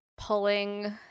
pulling